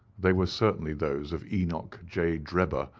they were certainly those of enoch j. drebber,